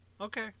Okay